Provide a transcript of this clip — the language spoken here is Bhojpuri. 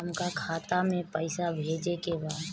हमका खाता में पइसा भेजे के बा